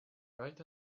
right